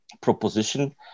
proposition